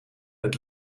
het